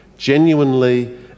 Genuinely